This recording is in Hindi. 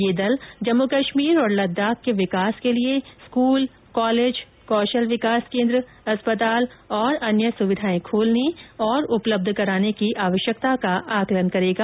ये दल जम्मू कश्मीर और लद्दाख के विकास के लिए स्कूल कॉलेज कौशल विकास केंद्र अस्पताल और अन्य सुविधाएं खोलने और उपलब्ध कराने की आवश्यकता का आकलन करेगा